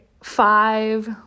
five